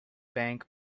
bank